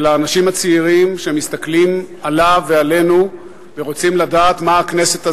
אל האנשים הצעירים שמסתכלים עליו ועלינו ורוצים לדעת מה הכנסת הזאת,